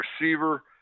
receiver